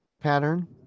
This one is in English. pattern